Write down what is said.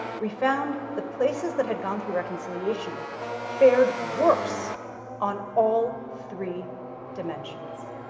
we found the places that had gone through reconciliation fared worse on all three dimensions.